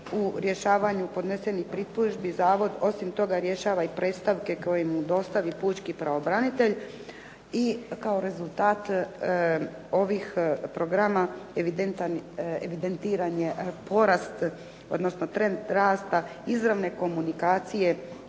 U rješavanju podnesenih pritužbi zavod osim toga rješava i predstavke koje mu dostavi pučki pravobranitelj i kao rezultat ovih programa evidentan, evidentiran je porast odnosno trend rasta izravne komunikacije